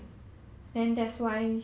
mm